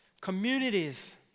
Communities